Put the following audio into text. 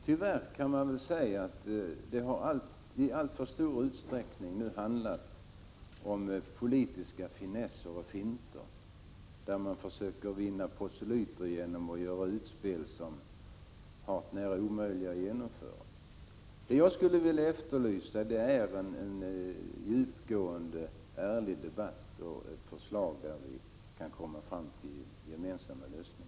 Tyvärr har det nu i alltför stor utsträckning handlat om politiska finesser och finter i försök att vinna proselyter genom att göra utspel med förslag som är hart när omöjliga att genomföra. Det jag skulle vilja efterlysa är en djupgående, ärlig debatt som leder oss fram till förslag om gemensamma lösningar.